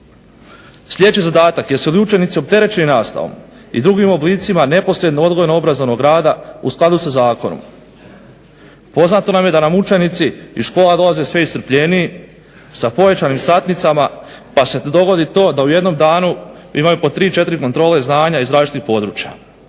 Sljedeći zadatak, jesu li učenici opterećeni nastavom i drugim oblicima neposredno odgojno obrazovnog rada u skladu sa Zakonom. Poznato nam je da nam učenici iz škola dolaze sve iscrpljeniji sa povećanim satnicama, pa se dogodi to da u jednom danu imaju tri, četiri, kontrole iz različitih područja.